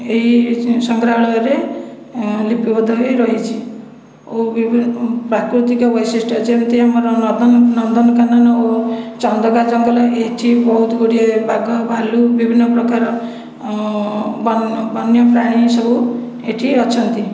ଏହି ସଂଗ୍ରହାଳୟରେ ଲିପିବଦ୍ଧ ହୋଇ ରହିଛି ଓ ପ୍ରାକୃତିକ ବୈଶିଷ୍ଟ ଯେମିତି ଆମର ନନ୍ଦନକାନନ ଓ ଚନ୍ଦକା ଜଙ୍ଗଲ ଏଠି ବହୁତ ଗୁଡ଼ିଏ ବାଘ ଭାଲୁ ବିଭିନ୍ନ ପ୍ରକାର ବନ୍ୟ ପ୍ରାଣୀ ସବୁ ଏଠି ଅଛନ୍ତି